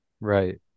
right